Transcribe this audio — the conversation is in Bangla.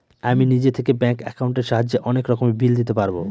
আমি নিজে থেকে ব্যাঙ্ক একাউন্টের সাহায্যে অনেক রকমের বিল দিতে পারবো